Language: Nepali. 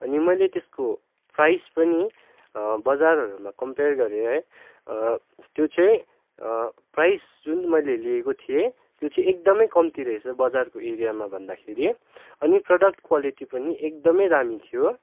अनि मैले त्यसको प्राइज पनि बजारहरूमा कम्पेयर गरेँ है त्यो चाहिँ प्राइज जुन मैले लिएको थिएँ त्यो चाहिँ एकदम कम्ती रहेछ बजारको एरियामा भन्दाखेरि अनि प्रडक्ट क्वालिटी पनि एकदम दामी थियो